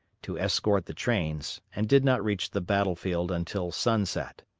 to escort the trains, and did not reach the battle field until sunset.